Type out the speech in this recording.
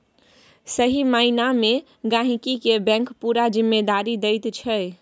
सही माइना मे गहिंकी केँ बैंक पुरा जिम्मेदारी दैत छै